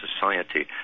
society